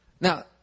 Now